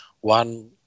One